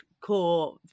core